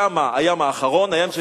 ימה, הים האחרון, הים,